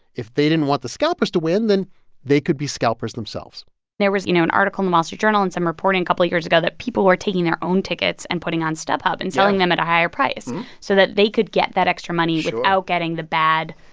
if they didn't want the scalpers to win, then they could be scalpers themselves there was, you know, an article in the wall street journal and some reporting a couple years ago that people were taking their own tickets and putting on stubhub. yeah. and selling them at a higher price so that they could get that extra money. sure. without getting the bad,